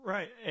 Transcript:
Right